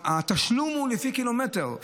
התשלום הוא לפי קילומטרים,